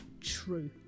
true